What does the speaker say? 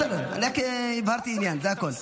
בסדר, אני רק הבהרתי עניין, זה הכול.